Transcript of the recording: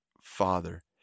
father